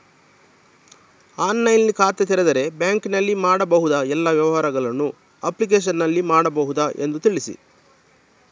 ಆನ್ಲೈನ್ನಲ್ಲಿ ಖಾತೆ ತೆರೆದರೆ ಬ್ಯಾಂಕಿನಲ್ಲಿ ಮಾಡಬಹುದಾ ಎಲ್ಲ ವ್ಯವಹಾರಗಳನ್ನು ಅಪ್ಲಿಕೇಶನ್ನಲ್ಲಿ ಮಾಡಬಹುದಾ ಎಂದು ತಿಳಿಸಿ?